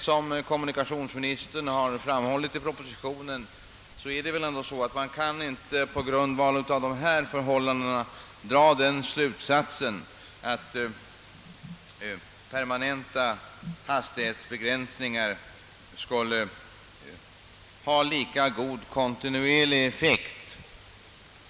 Som kommunikationsministern har framhållit i propositionen kan man emellertid inte på grundval av dessa förhållanden sluta sig till att permanenta hastighetsbegränsningar skulle ha lika god kontinuerlig effekt.